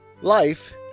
Life